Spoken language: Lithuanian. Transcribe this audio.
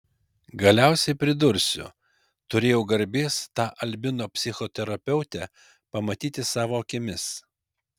galiausiai pridursiu turėjau garbės tą albino psichoterapeutę pamatyti savo akimis